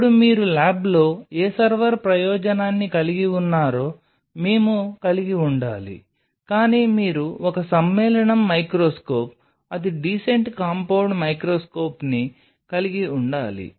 ఇప్పుడు మీరు ల్యాబ్లో ఏ సర్వర్ ప్రయోజనాన్ని కలిగి ఉన్నారో మేము కలిగి ఉండాలి కానీ మీరు ఒక సమ్మేళనం మైక్రోస్కోప్ అది డీసెంట్ కాంపౌండ్ మైక్రోస్కోప్ని కలిగి ఉండాలి